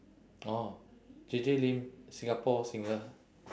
orh J J lin singapore singer